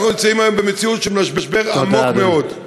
ואנחנו נמצאים היום במציאות של משבר עמוק מאוד.